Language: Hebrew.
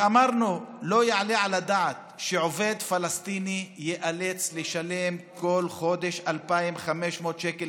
אמרנו: לא יעלה על הדעת שעובד פלסטיני ייאלץ לשלם כל חודש 2,500 שקל,